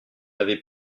avait